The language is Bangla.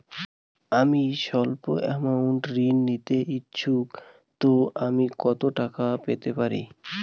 আমি সল্প আমৌন্ট ঋণ নিতে ইচ্ছুক তো আমি কত টাকা পেতে পারি?